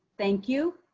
thank you.